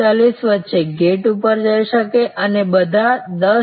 40 ની વચ્ચે ગેટ પર જઈ શકે અને બધા 10